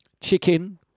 chicken